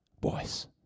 boys